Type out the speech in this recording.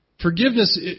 Forgiveness